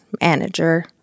manager